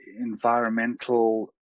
environmental